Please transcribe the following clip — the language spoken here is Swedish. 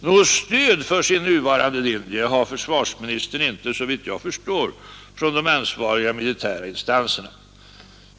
Något stöd för sin nuvarande linje har försvarsministern inte, såvitt jag förstår, från de ansvariga militära instanserna.